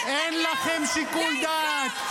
אתה המשרת של נתניהו --- אין לכם שיקול דעת.